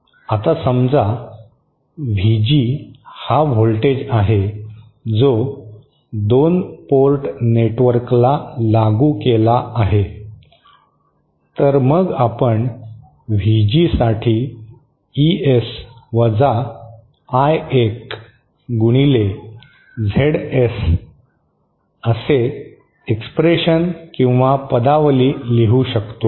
आता समजा व्हीजी हा व्होल्टेज आहे जो 2 पोर्ट नेटवर्कला लागू केला आहे तर मग आपण व्हीजीसाठी ईएस वजा आय 1 गुणिले झेडएस असे एक्सप्रेशन लिहू शकतो